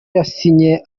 yasinye